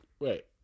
Wait